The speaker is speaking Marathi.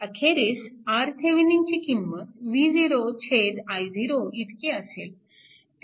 अखेरीस RThevenin ची किंमत V0 i0 इतकी असेल